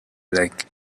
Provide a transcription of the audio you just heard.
like